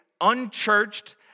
unchurched